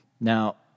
Now